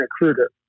recruiter